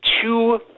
two